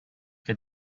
que